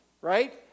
Right